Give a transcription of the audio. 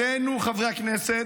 עלינו, חברי הכנסת,